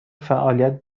فعالیت